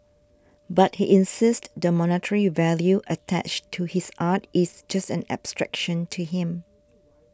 but he insists the monetary value attached to his art is just an abstraction to him